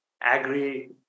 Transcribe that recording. agri